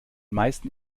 meisten